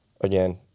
Again